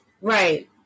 right